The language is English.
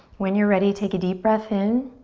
when you're ready, take a deep breath in.